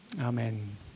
Amen